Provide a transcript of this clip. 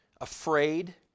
afraid